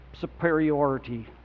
superiority